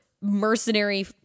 mercenary